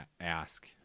ask